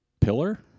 pillar